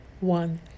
one